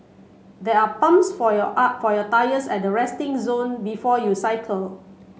there are pumps for your are for your tyres at the resting zone before you cycle